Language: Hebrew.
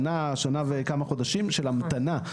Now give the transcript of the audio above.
שנה, שנה וכמה חודשים של המתנה.